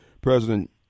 President